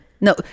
No